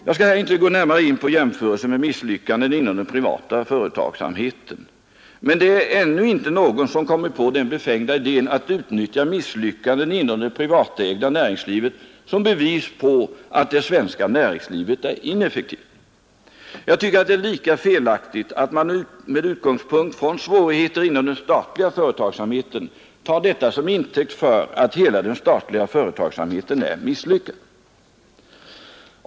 Jag skall här inte gå närmare in på jämförelser med misslyckanden inom den privata företagsamheten, men det är inte någon som ännu kommit på den befängda idén att utnyttja misslyckanden inom det privata näringslivet som bevis på att det svenska näringslivet är ineffektivt. Jag tycker att det är lika felaktigt att ta svårigheter inom den statliga företagsamheten till intäkt för att hela den statliga företagsamheten är misslyckad.